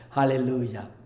Hallelujah